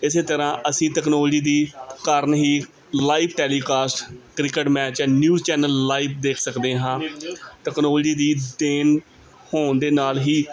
ਇਸ ਤਰ੍ਹਾਂ ਅਸੀਂ ਟਕਨੋਲਜੀ ਦੀ ਕਾਰਨ ਹੀ live telecast cricket match news channel live ਦੇਖ ਸਕਦੇ ਹਾਂ ਟਕਨੋਲਜੀ ਦੀ ਦੇਣ ਹੋਣ ਦੇ ਨਾਲ ਹੀ